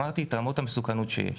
אמרתי מהן רמות המסוכנות שיש.